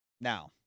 Now